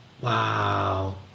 Wow